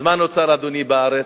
אז מה נוצר, אדוני, בארץ?